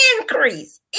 increase